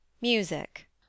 Music